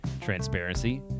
transparency